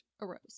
arose